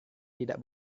tidak